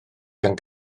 gan